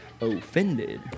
Offended